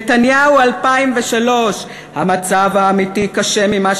נתניהו 2003: "המצב האמיתי קשה ממה